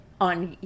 on